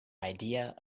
idea